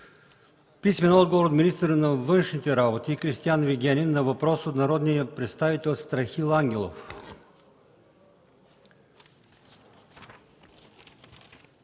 Гьоков; - министъра външните работи Кристиан Вигенин на въпрос от народния представител Страхил Ангелов.